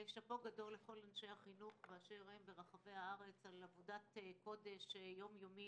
שאפו גדול לכל אנשי החינוך באשר הם ברחבי הארץ על עבודת קודש יום-יומית